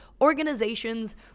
organizations